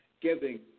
Giving